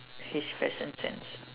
his fashion sense